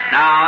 Now